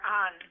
on